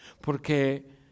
porque